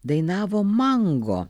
dainavo mango